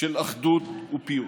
של אחדות ופיוס.